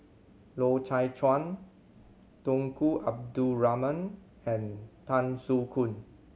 Loy Chye Chuan Tunku Abdul Rahman and Tan Soo Khoon